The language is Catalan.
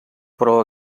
però